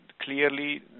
Clearly